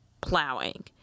plowing